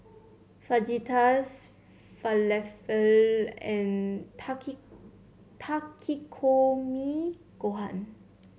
Fajitas Falafel and Takikomi Gohan